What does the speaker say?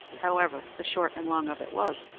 however, the short and long of it was,